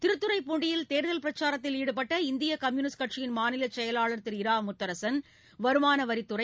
திருத்துறைப்பூண்டியில் தேர்தல் பிரச்சாரத்தில் ஈடுபட்ட இந்திய கம்யூனிஸ்ட் கட்சியின் மாநில செயலாளர் திரு இரா முத்தரசன் வருமான வரித்துறை